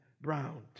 brown